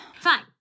Fine